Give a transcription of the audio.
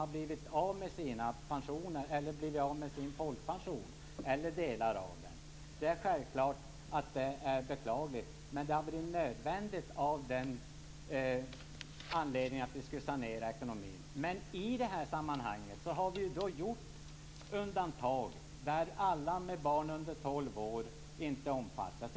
Jag har en djup medkänsla med alla dem som har blivit av med sin folkpension eller delar av den. Det är självklart att det är beklagligt. Men i det här sammanhanget har vi gjort undantag så att alla med barn under 12 år inte omfattas.